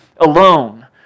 alone